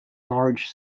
large